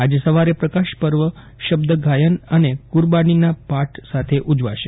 આજે સવારે પ્રકાશ પર્વ શબ્દ ગાયન અને ગુરબાનીના પાઠ સાથે ઉજવાશે